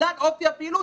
בגלל אופי הפעילות,